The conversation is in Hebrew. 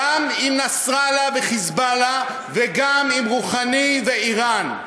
גם עם נסראללה ו"חיזבאללה", וגם עם רוחאני ואיראן.